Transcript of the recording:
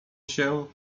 się